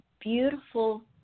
beautiful